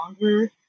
longer